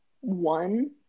one